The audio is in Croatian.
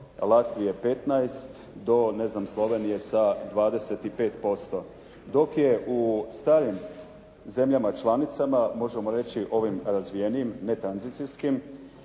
Latvije 15%, do ne znam Slovenije sa 25%. Dok je u starim zemljama članicama možemo reći ovim razvijenijim, ne tranzicijskim,